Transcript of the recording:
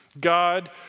God